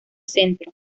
centro